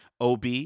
OB